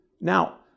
Now